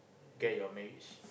get your marriage